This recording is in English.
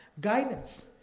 guidance